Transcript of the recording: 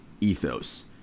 ethos